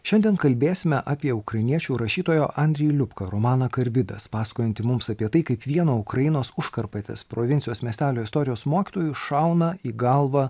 šiandien kalbėsime apie ukrainiečių rašytojo andrij liubka romaną karbidas pasakojantį mums apie tai kaip vieno ukrainos užkarpatės provincijos miestelio istorijos mokytojui šauna į galvą